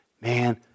man